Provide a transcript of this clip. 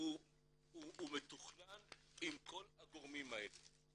הוא מתוכנן עם כל הגורמים האלה.